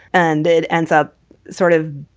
and it ends up sort of,